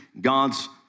God's